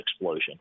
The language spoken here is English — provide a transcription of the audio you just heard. explosion